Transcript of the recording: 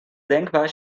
denkbar